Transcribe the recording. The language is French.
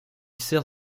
sert